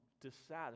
dissatisfied